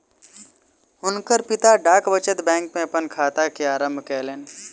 हुनकर पिता डाक बचत बैंक में अपन खाता के आरम्भ कयलैन